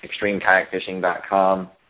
ExtremeKayakFishing.com